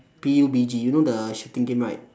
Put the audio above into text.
P_U_B_G you know the shooting game right